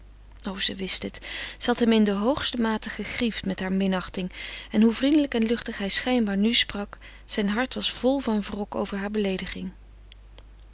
o ze wist het ze had hem in de hoogste mate gegriefd met hare minachting en hoe vriendelijk en luchtig hij schijnbaar nu sprak zijn hart was vol van wrok over hare beleediging